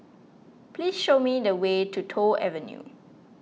please show me the way to Toh Avenue